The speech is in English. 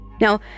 Now